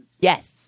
Yes